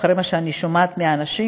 אחרי מה שאני שומעת מהאנשים,